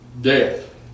death